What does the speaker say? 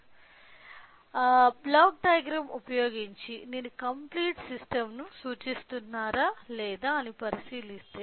నేను block diagram ఉపయోగించి complete system ను పరిశీలిస్తే